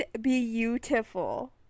beautiful